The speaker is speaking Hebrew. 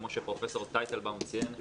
כמו שפרופ' טייטלבאום ציין,